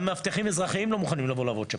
גם מאבטחים אזרחיים לא מוכנים לבוא לעבוד לשם.